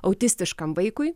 autistiškam vaikui